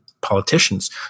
politicians